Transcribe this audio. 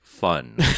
fun